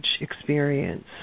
experience